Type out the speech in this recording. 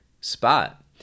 spot